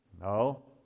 No